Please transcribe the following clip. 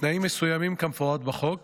בתנאים מסוימים כמפורט בחוק